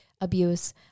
abuse